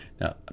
Now